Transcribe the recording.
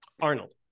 arnold